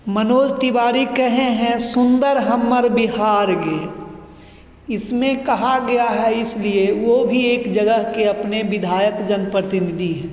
मनोज तिवारी कहे हैं सुंदर हमर बिहार ये इसमें कहा गया है इसलिए वो भी एक जगह के अपने विधायक जन प्रतिनिधि हैं